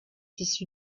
issue